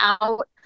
out